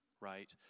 right